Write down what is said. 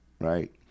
right